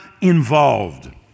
involved